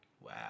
Wow